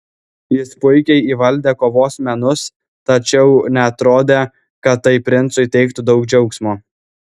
jis puikiai įvaldė kovos menus tačiau neatrodė kad tai princui teiktų daug džiaugsmo